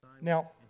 Now